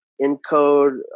encode